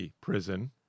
prison